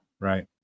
Right